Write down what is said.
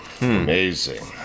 Amazing